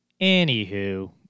Anywho